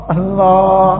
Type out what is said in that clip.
Allah